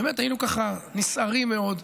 באמת, היינו ככה נסערים מאוד.